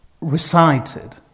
recited